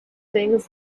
things